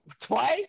twice